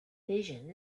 vision